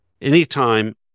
anytime